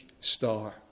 star